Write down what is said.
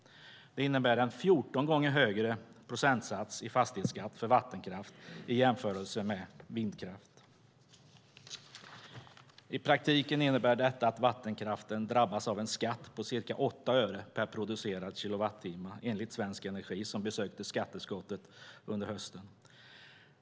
Det innebär en 14 gånger högre procentsats i fastighetsskatt för vattenkraft i jämförelse med vindkraft. I praktiken innebär detta att vattenkraften drabbas av en skatt på ca 8 öre per producerad kilowattimme, enligt Svensk Energi, som besökte skatteutskottet under hösten.